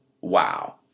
Wow